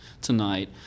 tonight